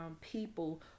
people